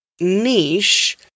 niche